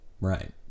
right